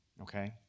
okay